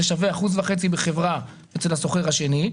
זה שווה אחוז וחצי בחברה אצל השוכר השני,